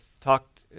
talked